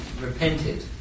repented